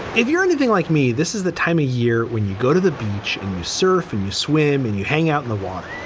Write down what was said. if you're anything like me, this is the time of ah year when you go to the beach and you surf and you swim and you hang out in the water.